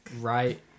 Right